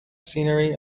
scenery